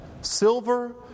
Silver